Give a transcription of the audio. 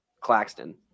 Claxton